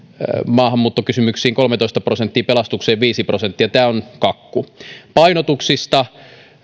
maahanmuuttokysymyksiin kolmetoista prosenttia pelastukseen viisi prosenttia tämä on kakku painotuksista